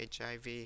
HIV